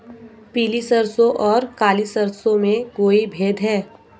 पीली सरसों और काली सरसों में कोई भेद है?